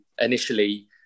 initially